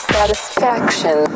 Satisfaction